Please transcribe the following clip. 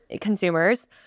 consumers